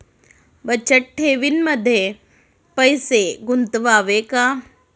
बचत ठेवीमध्ये पैसे गुंतवावे का?